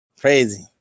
crazy